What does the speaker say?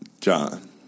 John